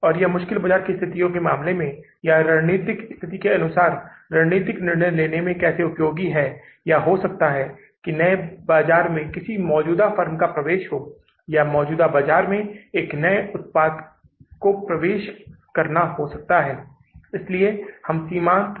तो बिक्री बजट बिक्री संग्रह बजट ख़रीद बजट और ख़रीद व्यय बजट और अन्य व्यय बजट तैयार करने के बाद इसलिए हम नकदी बजट पर थे और हमने तिमाही के पहले महीने के लिए नकद बजट तैयार करना शुरू किया जोकि जून का महीना है